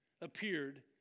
appeared